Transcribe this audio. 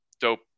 dope